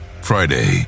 Friday